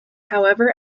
however